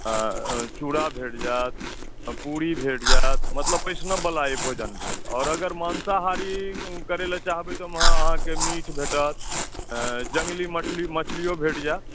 चुड़ा भेट जायत पूरी भेट जायत मतलब वैष्णव वाला ई भोजन भेल और अगर मांसाहारी करै लए चाहबै तऽ अहाँकेॅं मीट भेटत जंगली मछली मछलीयो भेट जायत